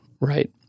right